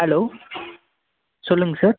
hello சொல்லுங்கள் sir